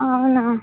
అవునా